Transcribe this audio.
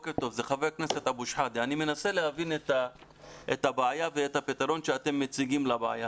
אני מנסה להבין את הבעיה ואת הפתרון שאת מציגים לבעיה.